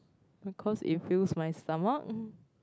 because it fills my stomach